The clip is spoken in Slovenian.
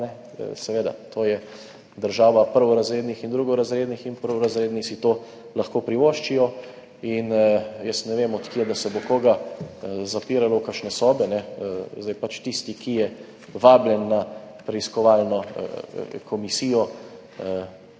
Seveda, to je država prvorazrednih in drugorazrednih in prvorazredni si to lahko privoščijo in jaz ne vem, od kje vam to, da se bo koga zapiralo v kakšne sobe. Tisti, ki je vabljen na preiskovalno komisijo,